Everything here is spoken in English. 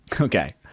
Okay